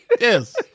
Yes